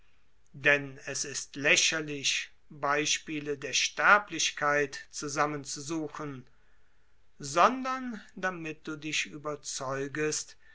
denn es ist lächerlich beispiele der sterblichkeit zusammen zu suchen sondern damit du dich überzeugest